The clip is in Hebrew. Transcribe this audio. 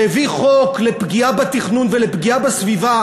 שהביא חוק לפגיעה בתכנון ולפגיעה בסביבה